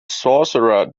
sorcerer